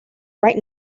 right